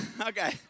Okay